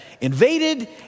invaded